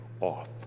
off